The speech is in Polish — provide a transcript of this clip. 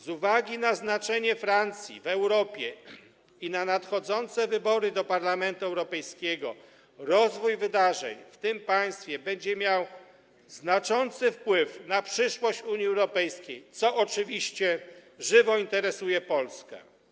Z uwagi na znaczenie Francji w Europie i na nadchodzące wybory do Parlamentu Europejskiego rozwój wydarzeń w tym państwie będzie miał znaczący wpływ na przyszłość Unii Europejskiej, co oczywiście żywo interesuje Polskę.